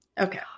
Okay